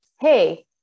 hey